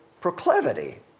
proclivity